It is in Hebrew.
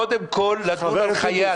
בדרך כלל, אין אופוזיציה בכנסת.